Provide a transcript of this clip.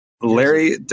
Larry